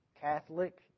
Catholic